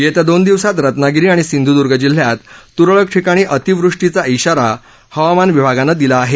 येत्या दोन दिवसात रत्नागिरी आणि सिधुदूर्ण जिल्ह्यात तुरळक ठिकाणी अतिवृष्टीचा ध्वारा हवामान विभागानं दिला आहे